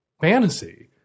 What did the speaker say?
fantasy